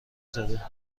زده